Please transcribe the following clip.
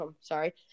sorry